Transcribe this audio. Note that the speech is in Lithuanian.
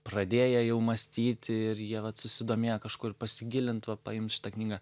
pradėję jau mąstyti ir jie va susidomėję kažkuo ir pasigilint va paims šitą knygą